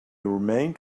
remained